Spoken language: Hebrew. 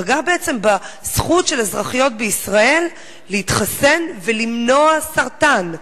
פגע בעצם בזכות של אזרחיות בישראל להתחסן ולמנוע סרטן.